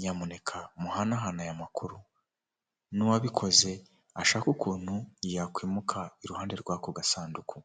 nyamuneka muhanahana aya makuru n'uwabikoze ashake ukuntu yakwimuka iruhande rw'ako gasanduku.